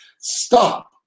stop